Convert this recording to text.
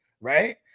right